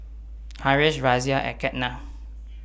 Haresh Razia and Ketna